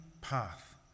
path